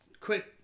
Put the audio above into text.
quick